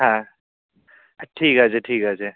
হ্যাঁ ঠিক আছে ঠিক আছে